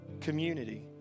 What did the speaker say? community